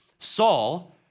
Saul